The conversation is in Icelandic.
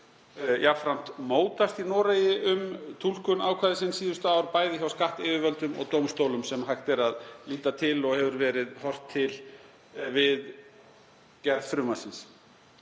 jafnframt mótast í Noregi um túlkun ákvæðisins síðustu ár, bæði hjá skattyfirvöldum og dómstólum, sem hægt er að líta til og hefur verið horft til við gerð frumvarpsins.